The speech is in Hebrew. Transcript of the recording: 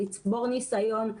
לצבור ניסיון.